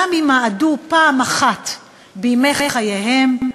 גם אם מעדו פעם אחת בימי חייהם,